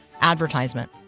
advertisement